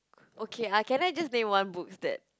okay uh can I just name one books that